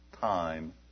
time